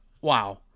wow